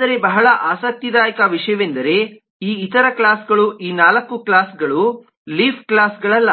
ಆದರೆ ಬಹಳ ಆಸಕ್ತಿದಾಯಕ ವಿಷಯವೆಂದರೆ ಈ ಇತರ ಕ್ಲಾಸ್ಗಳು ಈ ನಾಲ್ಕು ಕ್ಲಾಸ್ಗಳು ಲೀಫ್ ಕ್ಲಾಸ್ಗಳಲ್ಲ